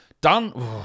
Done